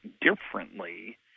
differently